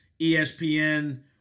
ESPN